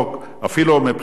אפילו מבחינת החוק,